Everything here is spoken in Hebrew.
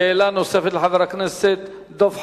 שאלה נוספת לחבר הכנסת דב חנין.